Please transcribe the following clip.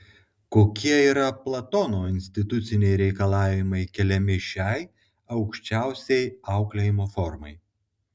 kokie yra platono instituciniai reikalavimai keliami šiai aukščiausiai auklėjimo formai